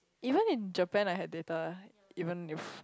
even in Japan I had data even if